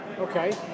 Okay